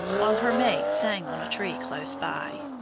while her mate sang on a tree close by.